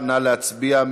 נא להצביע.